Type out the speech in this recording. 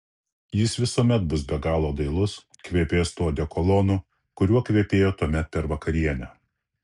jis visuomet bus be galo dailus kvepės tuo odekolonu kuriuo kvepėjo tuomet per vakarienę